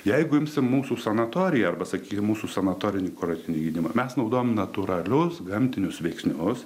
jeigu imsim mūsų sanatoriją ar sakykim mūsų sanatorinį kurortinį gydymą mes naudojam natūralius gamtinius veiksnius